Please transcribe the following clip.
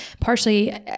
partially